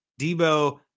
Debo